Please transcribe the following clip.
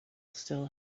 still